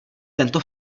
tento